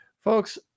Folks